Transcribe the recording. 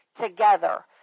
together